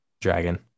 dragon